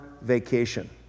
vacation